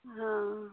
हँ